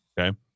Okay